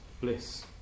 bliss